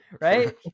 right